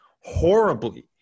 horribly